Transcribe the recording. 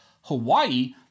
Hawaii